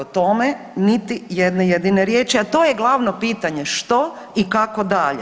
O tome niti jedne jedine riječi, a to je glavno pitanje što i kako dalje.